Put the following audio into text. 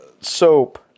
soap